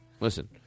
Listen